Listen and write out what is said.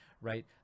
Right